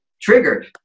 triggered